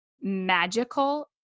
magical